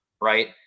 right